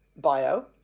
bio